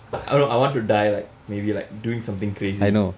I don't know I want to die like maybe like doing something crazy